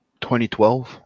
2012